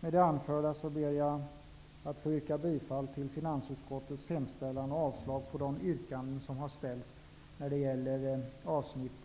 Med det anförda ber jag att få yrka bifall till finansutskottets hemställan och avslag på de yrkanden som har ställts under det avsnitt